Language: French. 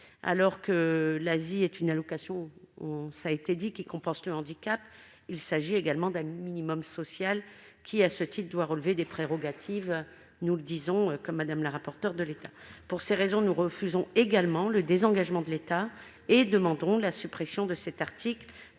alors que l'ASI est une allocation qui compense le handicap. Il s'agit également d'un minimum social, qui, à ce titre, doit relever des prérogatives de l'État, comme l'a dit Mme la rapporteure. Pour ces raisons, nous refusons également le désengagement de l'État et demandons la suppression de cet article